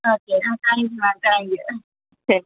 okay thank you ma'am thank you ശരി